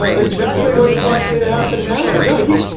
ah exactly what is likely to happen now? you know, he.